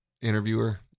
interviewer